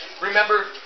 remember